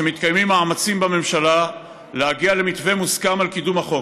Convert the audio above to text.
שמתקיימים מאמצים בממשלה להגיע למתווה מוסכם לקידום החוק.